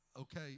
okay